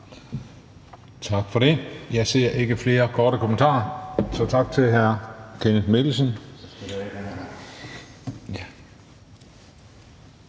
Tak for det. Jeg ser ikke flere til korte bemærkninger, så tak til hr. Kenneth Mikkelsen.